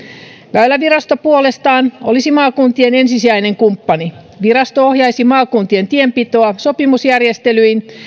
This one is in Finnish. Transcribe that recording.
väylävirasto puolestaan olisi maakuntien ensisijainen kumppani virasto ohjaisi maakuntien tienpitoa sopimusjärjestelyin